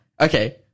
Okay